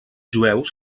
jueus